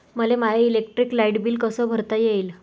मले माय electric light bill कस भरता येईल?